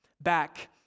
Back